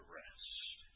rest